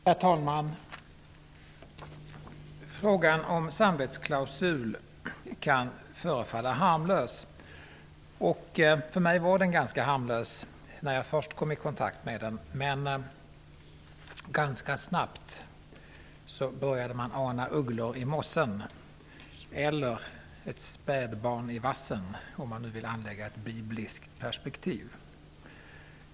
Herr talman! Frågan om samvetsklausul kan förefalla harmlös. För mig var den ganska harmlös när jag först kom i kontakt med den, men ganska snabbt började jag ana ugglor i mossen, eller ett spädbarn i vassen, om man nu vill anlägga ett bibliskt perspektiv.